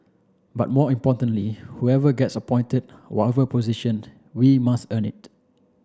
but more importantly whoever gets appointed whatever position we must earn it